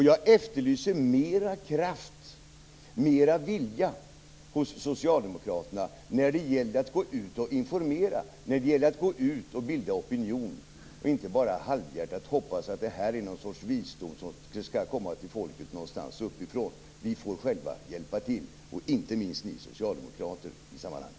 Jag efterlyser mera kraft och vilja från socialdemokraterna när det gäller att gå ut och informera och bilda opinion - inte att man bara halvhjärtat hoppas att något slags visdom skall komma till folket någonstans uppifrån. Vi får själva hjälpa till i det sammanhanget, och det gäller inte minst för er socialdemokrater.